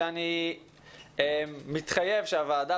שאני מתחייב שהוועדה,